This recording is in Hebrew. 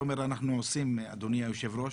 תומר ואדוני היושב ראש,